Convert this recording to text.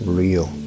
real